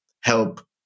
help